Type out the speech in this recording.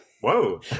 Whoa